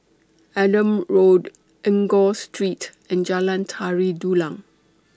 Adam Road Enggor Street and Jalan Tari Dulang